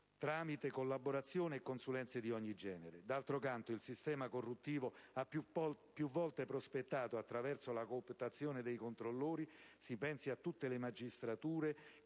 tramite collaborazioni e consulenze di ogni genere; d'altro canto, il sistema corruttivo ha più volte prosperato attraverso la cooptazione dei controllori (si pensi a tutte le magistrature)